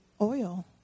oil